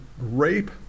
rape